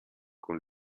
con